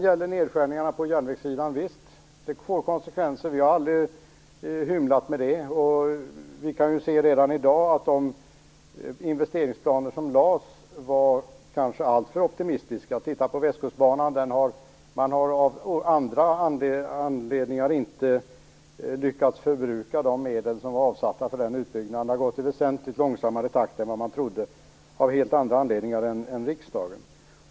Visst, nedskärningarna på järnvägssidan får konsekvenser - vi har aldrig hymlat med det. Vi kan redan i dag se att de investeringsplaner som lades fram kanske var alltför optimistiska. Titta på Västkustbanan! Man har av andra anledningar inte lyckats förbruka de medel som var avsatta för den utbyggnaden; den har skett i väsentligt långsammare takt än vad man trodde, av skäl som inte alls har att göra med riksdagen.